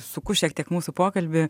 suku šiek tiek mūsų pokalbį